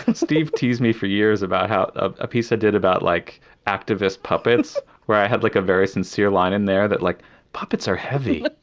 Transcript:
steve teased me for years about how a piece i did about like activist puppets where i had like a very sincere line in there that like puppets are heavy